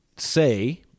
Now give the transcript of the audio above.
Say